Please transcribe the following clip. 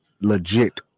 Legit